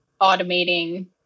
automating